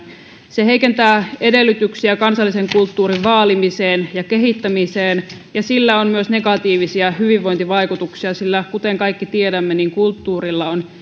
se heikentää edellytyksiä kansallisen kulttuurin vaalimiseen ja kehittämiseen ja sillä on myös negatiivisia hyvinvointivaikutuksia sillä kuten kaikki tiedämme kulttuuri on